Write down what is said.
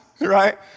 right